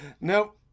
Nope